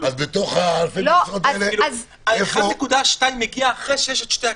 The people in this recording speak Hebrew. בתוך אלפי המשרות האלה --- ה-1.2% מגיע אחרי שיש את שני הכלים.